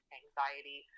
anxiety